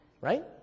right